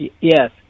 Yes